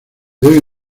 doy